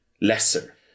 lesser